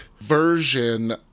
version